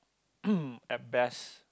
at best